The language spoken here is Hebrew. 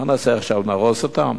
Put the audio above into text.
מה נעשה עכשיו, נהרוס אותם?